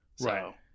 Right